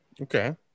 Okay